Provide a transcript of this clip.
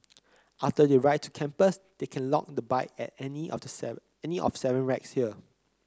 after they ride to campus they can lock the bike at any of any of seven racks there